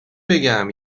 بگم